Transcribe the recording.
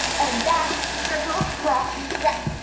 and back, circle, left, right.